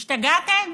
השתגעתם?